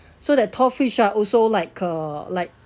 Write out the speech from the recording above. so that tall fridge ah also like uh like